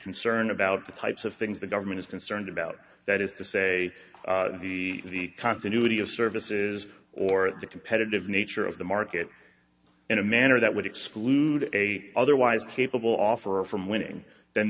concerned about the types of things the government is concerned about that is to say the continuity of services or the competitive nature of the market in a manner that would exclude a otherwise capable offer of from winning then